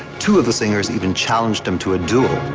two of the singers even challenged him to a duel.